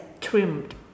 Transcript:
trimmed